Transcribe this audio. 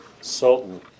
sultan